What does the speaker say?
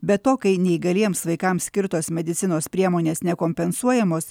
be to kai neįgaliems vaikams skirtos medicinos priemonės nekompensuojamos